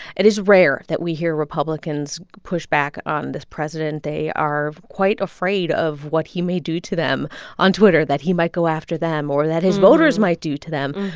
it is rare that we hear republicans push back on this president. they are quite afraid of what he may do to them on twitter, that he might go after them or that his voters might do to them.